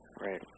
Right